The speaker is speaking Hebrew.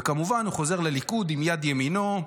וכמובן, הוא חוזר לליכוד עם יד ימינו,